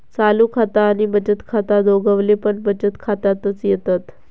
चालू खाता आणि बचत खाता दोघवले पण बचत खात्यातच येतत